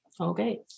Okay